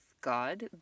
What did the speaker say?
God